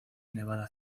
nevada